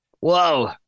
Whoa